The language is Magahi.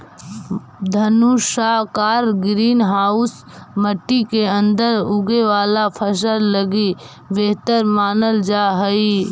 धनुषाकार ग्रीन हाउस मट्टी के अंदर उगे वाला फसल लगी बेहतर मानल जा हइ